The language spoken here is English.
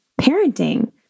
parenting